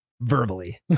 verbally